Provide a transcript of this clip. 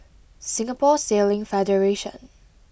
Singapore Sailing Federation